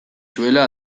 zuela